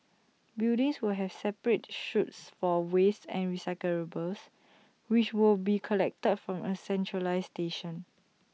buildings will have separate chutes for waste and recyclables which will be collected from A centralised station